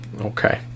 Okay